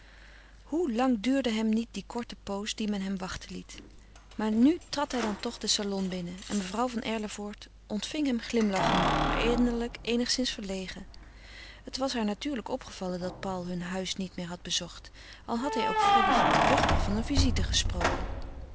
hoe lang duurde hem die korte pooze die men hem wachten liet maar nu trad hij dan toch den salon binnen en mevrouw van erlevoort ontving hem glimlachende maar innerlijk eenigszins verlegen het was haar natuurlijk opgevallen dat paul hun huis niet meer had bezocht al had hij ook freddy luchtig van een visite gesproken